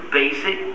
basic